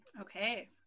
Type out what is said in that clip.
Okay